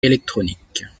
électronique